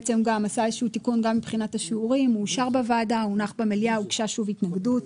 שאושר בוועדה והונח במליאה, אבל אז הוגשה התנגדות,